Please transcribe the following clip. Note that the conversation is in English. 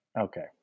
Okay